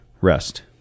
rest